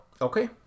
Okay